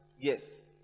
yes